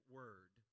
word